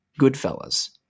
Goodfellas